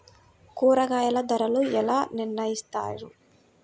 కూరగాయల ధరలు ఎలా నిర్ణయిస్తారు?